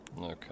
okay